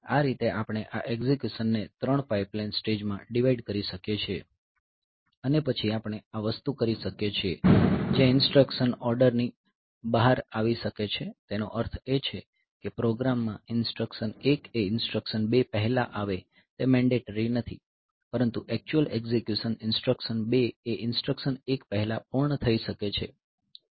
આ રીતે આપણે આ એકઝીક્યુશન ને 3 પાઇપલાઇન સ્ટેજમાં ડિવાઈડ કરી શકીએ છીએ અને પછી આપણે આ વસ્તુ કરી શકીએ છીએ જ્યાં ઇન્સટ્રકશન ઓર્ડર ની બહાર આવી શકે છે તેનો અર્થ એ છે કે પ્રોગ્રામ માં ઇન્સટ્રકશન 1 એ ઇન્સટ્રકશન 2 પહેલાં આવે તે મેંડેટરી નથી પરંતુ એક્ચ્યુયલ એકઝીક્યુશન ઇન્સટ્રકશન 2 એ ઇન્સટ્રકશન 1 પહેલા પૂર્ણ થઈ શકે છે